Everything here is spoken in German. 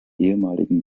ehemaligen